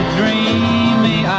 dreamy